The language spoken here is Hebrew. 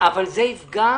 אבל זה יפגע